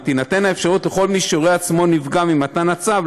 ותינתן אפשרות לכל מי שרואה עצמו נפגע ממתן הצו,